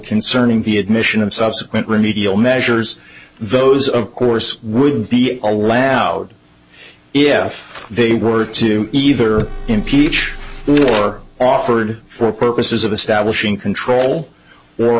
concerning the admission of subsequent remedial measures those of course would be allowed if they were to either impeach or offered for purposes of a stablish in control